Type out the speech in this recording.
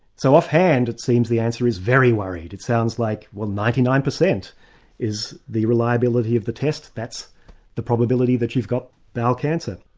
so offhand it seems the answer is very worried, it sounds like well ninety nine percent is the reliability of the test, that's the probability that you've got bowel cancer.